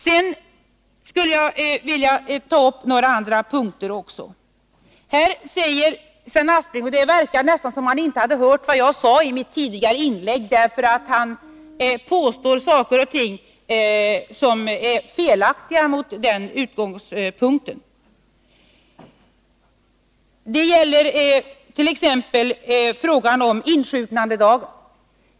Sedan skulle jag vilja ta upp några andra punkter. Det verkar nästan som om Sven Aspling inte hört vad jag sade i mitt tidigare inlägg, eftersom han påstår saker och ting som är felaktiga från den utgångspunkten. Det gäller t.ex. frågan om insjuknandedagen.